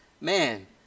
man